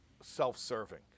self-serving